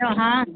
ହଁ